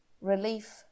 Relief